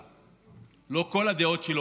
את הדעות שלה.